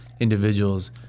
individuals